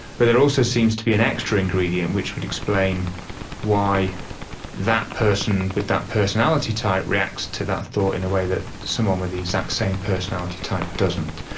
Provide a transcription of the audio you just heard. but there also seems to be an extra ingredient which would explain why that person with that personality type reacts to that thought in a way that someone with the exact personality type doesn't,